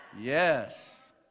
Yes